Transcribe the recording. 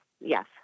Yes